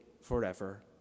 forever